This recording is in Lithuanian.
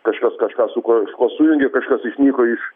kažkas kažką su kažkuo sujungė kažkas išnyko iš